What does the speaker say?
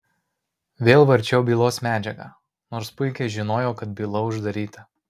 vėl varčiau bylos medžiagą nors puikiai žinojau kad byla uždaryta